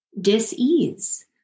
dis-ease